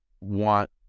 want